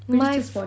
which sport do you